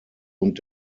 und